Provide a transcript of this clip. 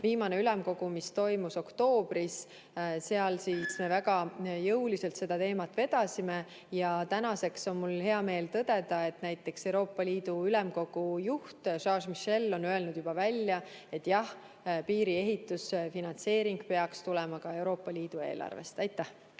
Viimasel ülemkogul, mis toimus oktoobris, me väga jõuliselt seda teemat vedasime. Tänaseks on mul hea meel tõdeda, et näiteks Euroopa Ülemkogu juht Charles Michel on öelnud juba välja, et jah, piiri ehituse finantseering peaks tulema ka Euroopa Liidu eelarvest. Aitäh!